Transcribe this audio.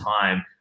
time